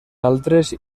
altres